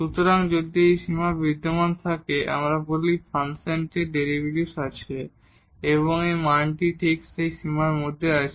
সুতরাং যদি এই সীমা বিদ্যমান থাকে আমরা বলি ফাংশনটির ডেরিভেটিভ আছে এবং এর মান ঠিক সেই সীমার মধ্যে আছে